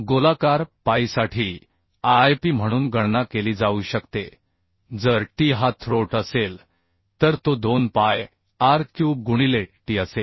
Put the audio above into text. गोलाकार पाईसाठी Ip म्हणून गणना केली जाऊ शकते जर t हा थ्रोट असेल तर तो 2 पाय r क्यूब गुणिले t असेल